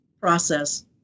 process